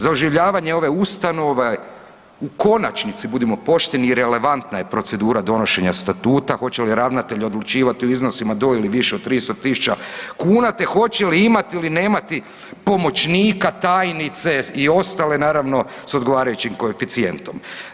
Za oživljavanje ove ustanove u konačnici budimo pošteni relevantna je procedura donošenja statuta hoće li ravnatelj odlučivati u iznosima do ili više od 300.000 kuna te hoće li imati ili nemati pomoćnika, tajnice i ostale naravno s odgovarajućim koeficijentom.